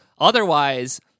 Otherwise